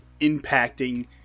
impacting